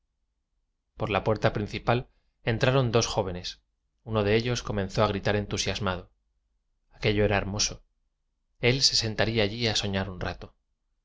por la puerta principal entraron dos jóve nes uno de ellos comenzó a gritar entu siasmado aquello era hermoso él se sentaría allí a soñar un rato